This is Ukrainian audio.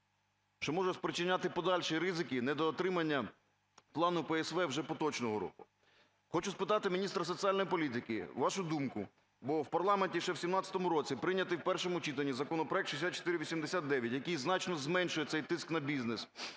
…що може спричиняти подальші ризики недоотримання плану по ЄСВ вже поточного року. Хочу спитати міністра соціальної політики, вашу думку, бо в парламенті ще в 17-му році прийнятий в першому читанні законопроект 6489, який значно зменшує цей тиск на бізнес,